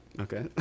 Okay